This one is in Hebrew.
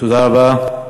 תודה רבה.